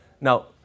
Now